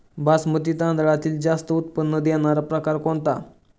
बासमती तांदळातील जास्त उत्पन्न देणारा प्रकार कोणता?